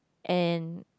and